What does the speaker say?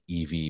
EV